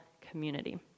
community